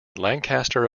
lancaster